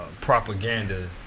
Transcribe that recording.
propaganda